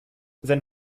sein